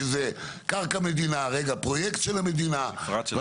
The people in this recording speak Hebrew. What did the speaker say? שזה פרויקט של המדינה וקרקע של המדינה.